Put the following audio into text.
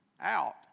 out